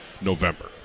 November